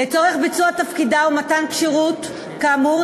לצורך ביצוע תפקידה ומתן כשירות כאמור,